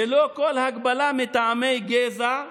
ללא כל הגבלה מטעמי גזע,